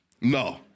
No